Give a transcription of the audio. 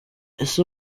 ese